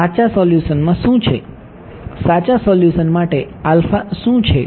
સાચા સોલ્યુશનમાં શું છે સાચા સોલ્યુશન માટે શું છે